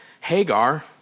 Hagar